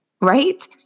right